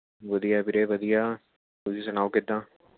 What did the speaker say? ਵਧੀਆ ਵੀਰੇ ਵਧੀਆ ਤੁਸੀਂ ਸੁਣਾਉ ਕਿੱਦਾਂ